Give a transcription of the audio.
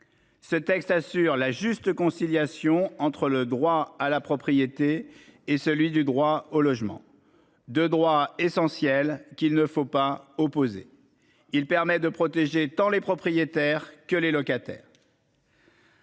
Ce texte, assure la juste conciliation entre le droit à la propriété et celui du droit au logement. De droit essentiel qu'il ne faut pas opposer, il permet de protéger tant les propriétaires que les locataires.